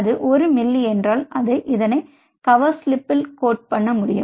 அது ஒரு மில்லி என்றால்அதை இதனை கவர் சிஸ்லிப்பில் கோட் பண்ண முடியும்